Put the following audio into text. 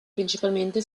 principalmente